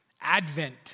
advent